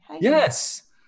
Yes